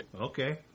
Okay